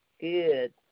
good